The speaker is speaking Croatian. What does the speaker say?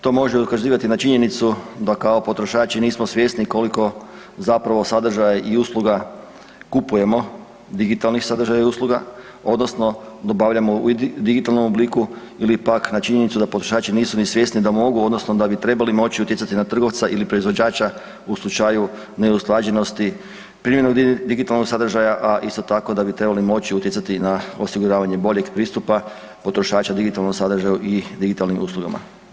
To može ukazivati na činjenicu da kao potrošači nismo svjesni koliko zapravo sadržaja i usluga kupujemo, digitalnim sadržaja i usluga odnosno dobavljamo u digitalnom obliku ili pak na činjenicu da potrošači nisu ni svjesni da mogu odnosno da bi trebali moći utjecati na trgovca ili proizvođača u slučaju neusklađenosti primjerenog digitalnog sadržaja, a isto tako da bi trebali moći utjecati na osiguravanje boljeg pristupa potrošača digitalnom sadržaju i digitalnim uslugama.